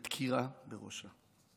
בדקירה חזקה בראשה.